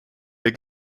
der